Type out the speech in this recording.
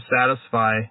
satisfy